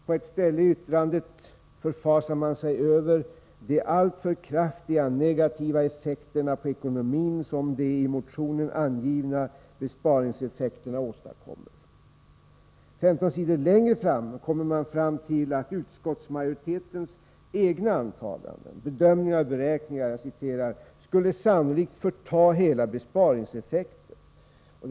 På ett ställe i yttrandet förfasar man sig över ”de alltför kraftiga, negativa effekterna på ekonomin som de i motionen angivna besparingseffekterna åstadkommer”. Ett antal sidor längre fram kommer man fram till att utskottsmajoritetens egna antaganden, bedömningar och beräkningar sannolikt skulle förta hela besparingseffekten.